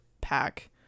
pack